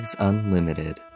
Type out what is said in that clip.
Unlimited